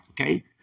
okay